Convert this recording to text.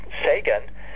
Sagan